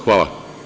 Hvala.